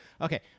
Okay